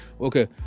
Okay